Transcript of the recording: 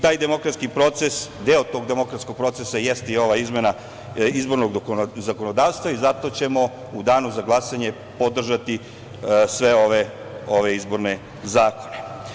Taj demokratski proces, deo tog demokratskog procesa jeste i ova izmena izbornog zakonodavstva i zato ćemo u danu za glasanje podržati sve ove izborne zakone.